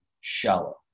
shallow